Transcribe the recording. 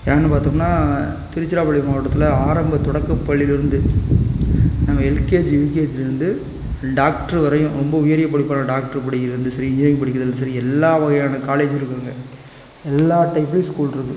ஏன்னு பார்த்தோம்னா திருச்சிராப்பள்ளி மாவட்டத்தில் ஆரம்ப தொடக்கப் பள்ளியில இருந்து நாங்கள் எல்கேஜி யுகேஜிலேருந்து டாக்ட்ரு வரையும் ரொம்ப உயரிய படிப்பான டாக்ட்ரு படிக்கறதுலேருந்து சரி இன்ஜினியரிங் படிக்கறதுலேருந்து சரி எல்லா வகையான காலேஜும் இருக்கு அங்கே எல்லா டைப்லையும் ஸ்கூல் இருக்கு